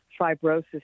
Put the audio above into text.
fibrosis